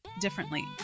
differently